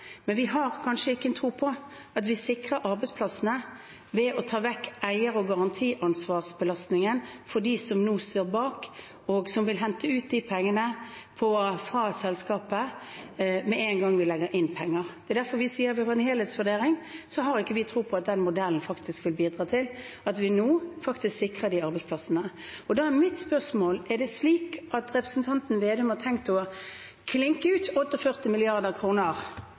ved å ta vekk eier- og garantiansvarsbelastningen for dem som står bak, og som vil hente ut de pengene fra selskapet med en gang vi legger dem inn. Det er derfor vi sier at ut fra en helhetsvurdering har vi ikke tro på at den modellen faktisk vil bidra til at vi nå sikrer disse arbeidsplassene. Da er mitt spørsmål: Er det slik at representanten Vedum har tenkt å klinke ut